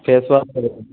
face wash करैके है